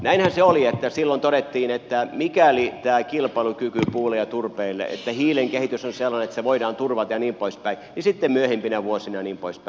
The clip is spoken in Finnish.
näinhän se oli että silloin todettiin että mikäli hiilen kehitys on sellainen että tämä kilpailukyky puulle ja turpeelle voidaan turvata ja niin poispäin niin sitten myöhempinä vuosina ja niin poispäin